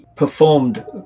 performed